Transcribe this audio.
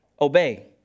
Obey